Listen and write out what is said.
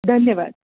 धन्यवाद